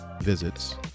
visits